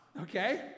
Okay